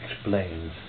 explains